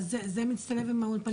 זה מצטלב עם האולפנים הפרטיים?